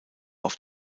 auf